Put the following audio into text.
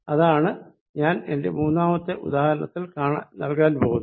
അതാണ് ഞാൻ എന്റെ മൂന്നാമത്തെ ഉദാഹരണത്തിൽ നല്കാൻ പോകുന്നത്